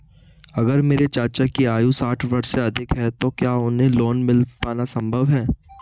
अगर मेरे चाचा की आयु साठ वर्ष से अधिक है तो क्या उन्हें लोन मिल पाना संभव है?